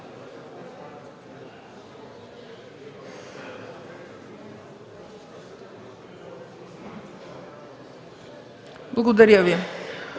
Благодаря ви.